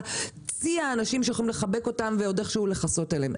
צי האנשים שיכולים לחבק אותם ולכסות עליהם.